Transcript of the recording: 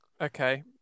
Okay